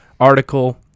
Article